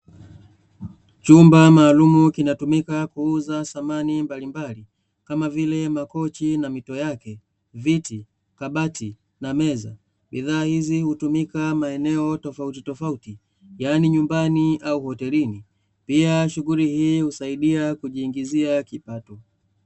Chumba maalumu kinatumika kuuza samani mbalimbali kama vile makochi na mito yake, viti, kabati na meza. Bidhaa hizi hutumika maeneo tofautitofauti yaani nyumbani au hotelini, pia shughuli hii husaidia kujiingizia kipato.